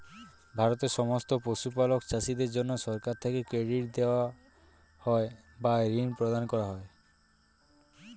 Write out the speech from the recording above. ভারতের সমস্ত পশুপালক চাষীদের জন্যে সরকার থেকে ক্রেডিট দেওয়া হয় বা ঋণ প্রদান করা হয়